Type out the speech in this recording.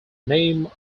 name